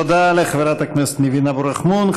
תודה לחברת הכנסת ניבין אבו רחמון.